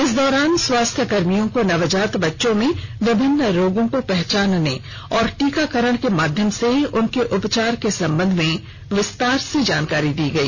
इस दौरान स्वास्थ्य कर्मियों को नवजात बच्चों में विभिन्न रोगों को पहचानने एवं टीकाकरण के माध्यम से उनके उपचार के संबंध में विस्तार से जानकारी दी गई